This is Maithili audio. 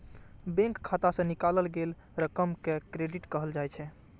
बैंक खाता सं निकालल गेल रकम कें डेबिट कहल जाइ छै